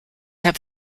have